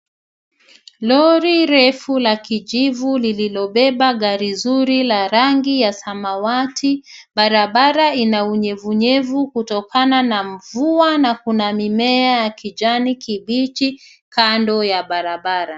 Lori refu la kijivu lililobeba gari nzuri ya rangi ya samawati. Barabara ina unyevunyevu kutokana na mvua na kuna mimea ya kijani kibichi kando ya barabara.